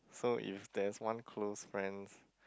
so if there is one close friends